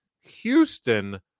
Houston